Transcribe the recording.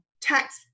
tax